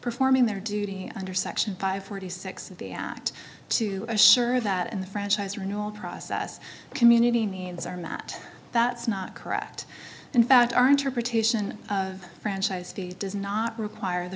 performing their duty under section five hundred and forty six of the act to assure that in the franchise renewal process community needs are met that's not correct in fact our interpretation of franchise does not require the